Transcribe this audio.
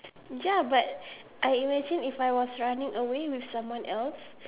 ya but I imagine if I was running away with someone else